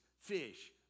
fish